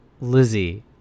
Lizzie